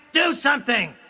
do something!